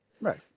Right